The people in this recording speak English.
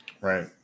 right